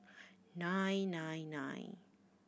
nine nine nine